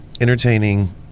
entertaining